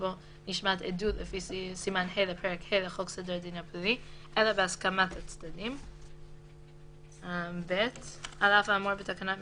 שבו נשמעת עדות 2א. (א)על אף הוראות תקנות אלה,